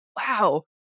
wow